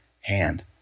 hand